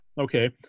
okay